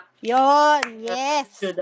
yes